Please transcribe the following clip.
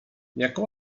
jaka